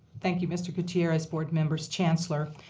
thank you, mr. gutierrez, board members, chancellor.